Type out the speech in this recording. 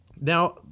Now